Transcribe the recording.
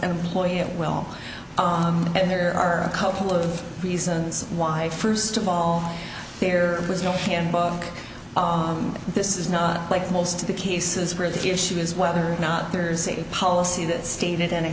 an employee at will and there are a couple of reasons why first of all there was no handbook this is not like most of the cases where the issue is whether or not there is a policy that stated i